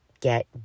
get